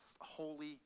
holy